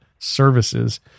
services